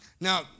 Now